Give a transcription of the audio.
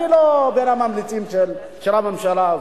אני לא מהממליצים של הממשלה הזאת,